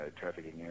trafficking